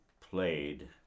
played